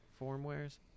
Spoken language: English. formwares